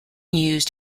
used